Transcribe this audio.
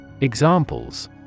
Examples